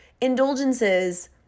indulgences